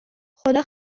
خدا